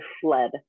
fled